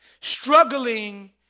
Struggling